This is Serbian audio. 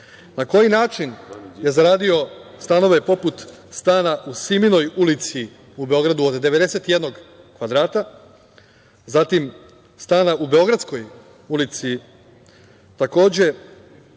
koje načine je zaradio stanove poput stana u Siminoj ulici u Beogradu od 91 kvadrata, zatim stana u Beogradskoj ulici, takođe